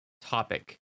topic